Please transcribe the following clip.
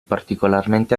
particolarmente